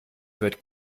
wird